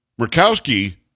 Murkowski